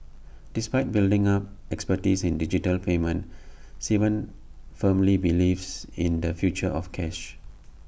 despite building up expertise in digital payments Sivan firmly believes in the future of cash